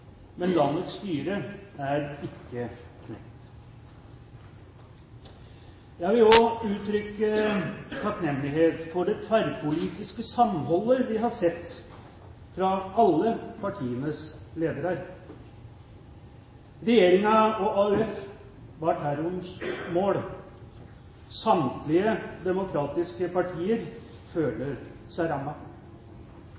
men landets styre er ikke knekt. Jeg vil også uttrykke takknemlighet for det tverrpolitiske samholdet vi har sett fra alle partienes ledere. Regjeringen og AUF var terrorens mål. Samtlige demokratiske partier